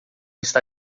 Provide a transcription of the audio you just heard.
está